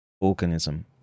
organism